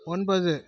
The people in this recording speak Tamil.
ஒன்பது